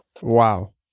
Wow